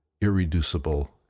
irreducible